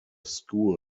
school